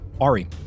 Ari